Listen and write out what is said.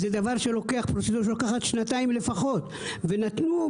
זאת פרוצדורה שלוקחת לפחות שנתיים.